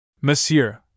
Monsieur